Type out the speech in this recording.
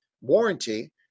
warranty